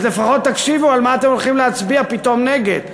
אז לפחות תקשיבו ותדעו על מה אתם הולכים להצביע פתאום נגד.